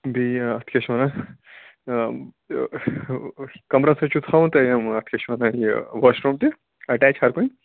بیٚیہِ اَتھ کیٛاہ چھِ وَنان کَمرس سۭتۍ چھُو تھاوُن تۄہہِ یِم اَتھ کیٛاہ چھِ وَنان یہِ واش روٗم تہِ اٹٮ۪چ ہَر کُنہِ